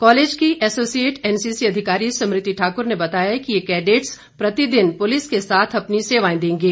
college की associate NCC अधिकारी स्मृति ठाकुर ने बताया कि ये कैडेटस प्रतिदिन पुलिस के साथ अपनी सेवाएं देंगे